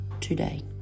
today